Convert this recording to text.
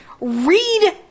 Read